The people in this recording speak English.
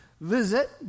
visit